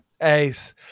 Ace